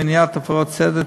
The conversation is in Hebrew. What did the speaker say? מניעת הפרות סדר,